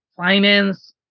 finance